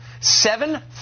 seven